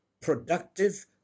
productive